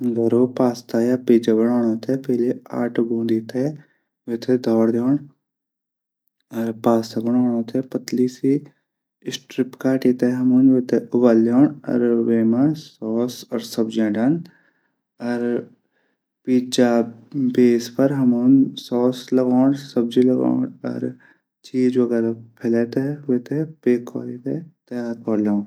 घर पास्ता या पीजा बणाणो पहले आटू गूंदी धौरी दीण पास्ता बणानो थै पतली से स्टट्रीट काटी थै हमन उबल धैर दिन। वे मां सॉस और सब्जियां डंल। और दुवि चार पीस हमन सॉस और सब्जी लगौण वे फर्क कन पास्ता तैयार कौरी दिण।